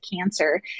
cancer